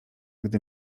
gdy